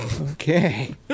okay